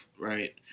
right